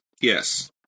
Yes